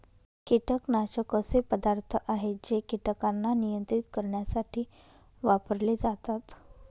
कीटकनाशक असे पदार्थ आहे जे कीटकांना नियंत्रित करण्यासाठी वापरले जातात